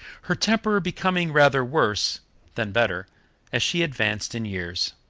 her temper becoming rather worse than better as she advanced in years.